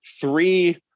Three